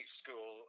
school